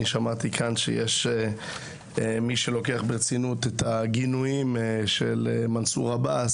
אני שמעתי שיש מי שלוקח ברצינות את הגינויים של מנצור אבאס.